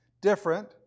different